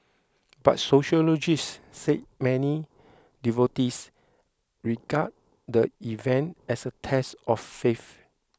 but sociologists say many devotees regard the event as a test of faith